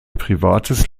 privates